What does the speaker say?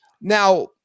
Now